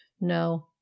No